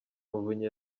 muvunyi